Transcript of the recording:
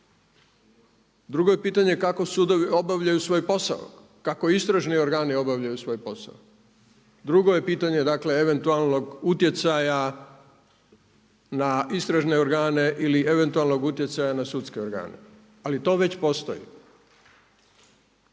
drugo je pitanje kako sudovi obavljaju svoj posao, kako istražni organi obavljaju svoj posao, drugo je pitanje, dakle eventualnog utjecaja na istražne organe ili eventualnog utjecaja na sudske organe, ali to već postoji.